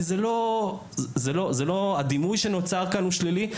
כי הדימוי שנוצר כאן הוא שלילי.